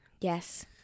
Yes